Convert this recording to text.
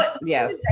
yes